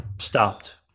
stopped